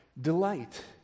delight